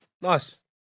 Nice